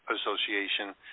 association